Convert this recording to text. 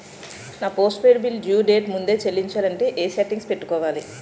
నా postpaid bill due date ముందే చెల్లించాలంటే ఎ సెట్టింగ్స్ పెట్టుకోవాలి?